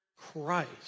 Christ